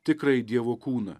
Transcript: tikrąjį dievo kūną